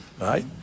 right